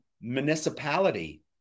municipality